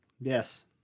Yes